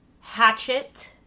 Hatchet